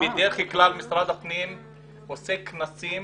ובדרך כלל משרד הפנים עורך כנסים